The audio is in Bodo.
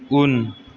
उन